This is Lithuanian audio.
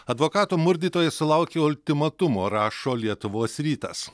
advokato murdytojai sulaukė ultimatumo rašo lietuvos rytas